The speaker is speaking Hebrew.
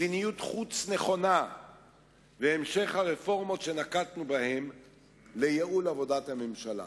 מדיניות חוץ נכונה והמשך הרפורמות שנקטנו לייעול עבודת הממשלה.